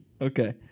Okay